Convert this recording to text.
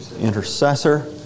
intercessor